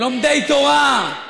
לומדי תורה,